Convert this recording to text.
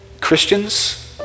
Christians